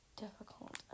difficult